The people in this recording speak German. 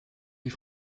die